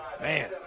Man